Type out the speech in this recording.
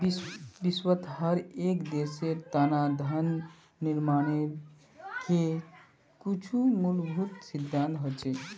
विश्वत हर एक देशेर तना धन निर्माणेर के कुछु मूलभूत सिद्धान्त हछेक